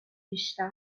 بیشتر